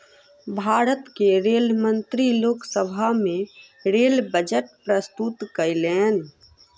भारत के रेल मंत्री लोक सभा में रेल बजट प्रस्तुत कयलैन